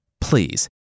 Please